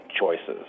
choices